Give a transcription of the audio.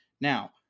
Now